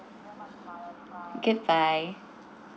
goodbye